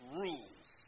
rules